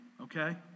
okay